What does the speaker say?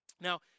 Now